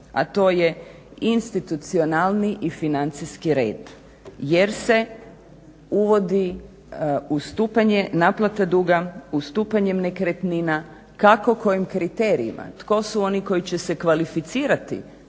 a to je institucionalni i financijski red, jer se uvodi ustupanje naplate duga ustupanjem nekretnina. Kako kojim kriterijima, tko su oni koji će se kvalificirati